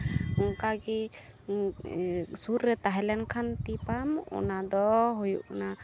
ᱚᱱᱠᱟ ᱜᱮ ᱥᱩᱨ ᱨᱮ ᱛᱟᱦᱮᱸᱞᱮᱱ ᱠᱷᱟᱱ ᱛᱤ ᱯᱟᱢᱯ ᱚᱱᱟ ᱫᱚ ᱦᱩᱭᱩᱜ ᱠᱟᱱᱟ